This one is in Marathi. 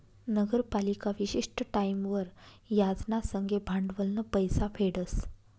नगरपालिका विशिष्ट टाईमवर याज ना संगे भांडवलनं पैसा फेडस